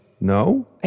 No